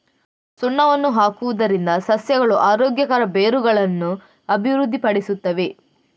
ಸುಣ್ಣವನ್ನು ಹಾಕುವುದರಿಂದ ಸಸ್ಯಗಳು ಆರೋಗ್ಯಕರ ಬೇರುಗಳನ್ನು ಅಭಿವೃದ್ಧಿಪಡಿಸುತ್ತವೆ